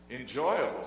enjoyable